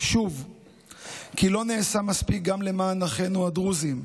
שוב כי לא נעשה מספיק גם למען אחינו הדרוזים,